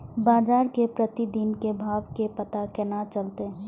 बजार के प्रतिदिन के भाव के पता केना चलते?